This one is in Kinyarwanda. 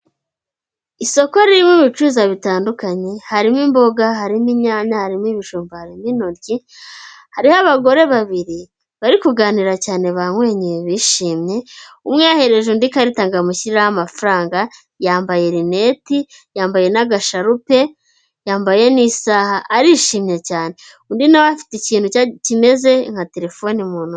Isoko ririmo ibicuruza bitandukanye harimo imboga, harimo inyanya, harimo ibijumba, harimo intoryi, hariho abagore babiri bari kuganira cyane bamweye bishimye umwe yahereje undi ikarita ngo amushyirireho amafaranga, yambaye rineti yambaye n'agasharupe, yambaye n'isaha arishimye cyane undi nawe afite ikintu kimeze nka telefone mu ntoki.